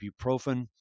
ibuprofen